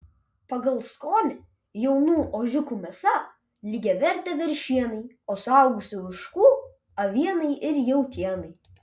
pagal skonį jaunų ožiukų mėsa lygiavertė veršienai o suaugusių ožkų avienai ir jautienai